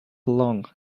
along